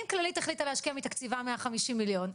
אם כללית החליטה להשקיעה מתקציבה 150 מיליון,